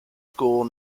school